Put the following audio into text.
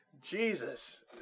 Jesus